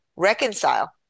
Reconcile